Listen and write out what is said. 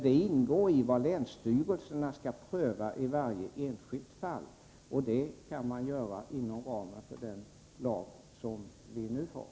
Detta ingår i vad länsstyrelserna skall pröva i varje enskilt fall, och det kan man göra inom ramen för den lag som nu gäller.